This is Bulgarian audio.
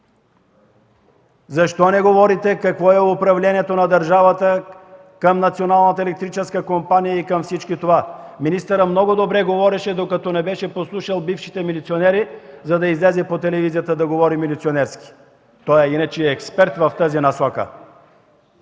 Защо не говорите какво е управлението на държавата към Националната електрическа компания и към всичко това? Министърът много добре говореше, докато не беше послушал бившите милиционери, за да излезе по телевизията и да говори милиционерски! Той иначе е експерт в тази насока.